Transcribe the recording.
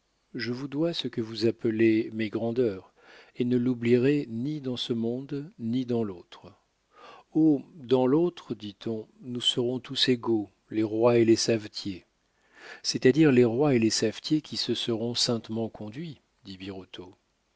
je vous dois ce que vous appelez mes grandeurs et ne l'oublierai ni dans ce monde ni dans l'autre oh dans l'autre dit-on nous serons tous égaux les rois et les savetiers c'est-à-dire les rois et les savetiers qui se seront saintement conduits dit